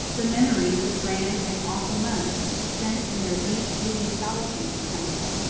the memories of grand and awful months spent in their deep, gloomy solitudes come up,